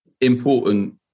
important